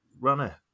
runner